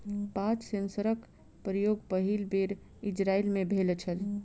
पात सेंसरक प्रयोग पहिल बेर इजरायल मे भेल छल